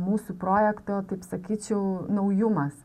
mūsų projekto taip sakyčiau naujumas